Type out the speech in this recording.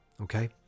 Okay